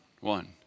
one